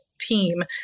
team